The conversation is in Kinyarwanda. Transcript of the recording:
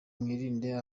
mwirinde